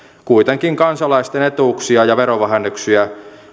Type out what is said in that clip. kuitenkin kansalaisten etuuksia ja verovähennyksiä on